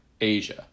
Asia